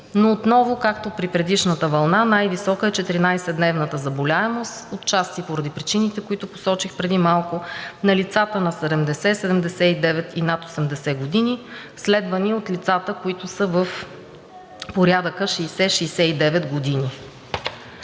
но отново, както при предишната вълна, най-висока е 14-дневната заболеваемост отчасти поради причините, които посочих преди малко, на лицата на 70, 79 и над 80 години, следвани от лицата, които са в порядъка 60 – 69 години.